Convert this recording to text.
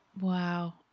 Wow